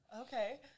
Okay